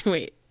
Wait